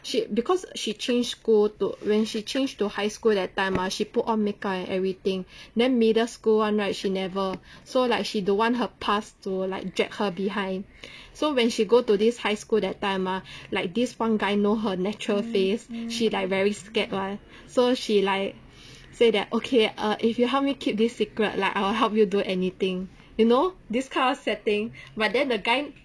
she because she change school to when she change to high school that time ah she put one make up and everything then middle school [one] right she never so like she don't one her past to like drag her behind so when she go to this high school that time ah like this one guy know her natural face she like very scared [one] so she like say that okay err if you help me keep this secret like I will help you do anything you know this kind of setting but then the guy